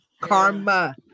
Karma